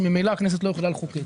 שממילא הכנסת לא יכולה לחוקק,